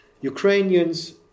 Ukrainians